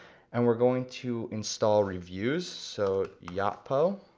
and we're going to install reviews. so yotpo.